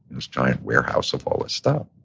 this giant warehouse of all this stuff.